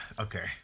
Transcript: Okay